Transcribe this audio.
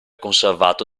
conservato